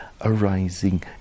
arising